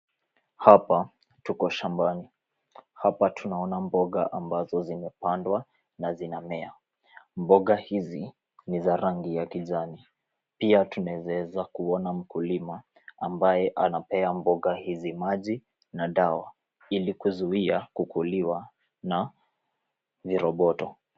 Hapa tuko shambani. Hapa tunaona mboga ambazo zimepandwa na zinamea. Mboga hizi ni za rangi ya kijani, pia tunaweza kuona mkulima ambaye anapea mboga hizi maji na dawa ili kuzuia kukuliwa na viroboto.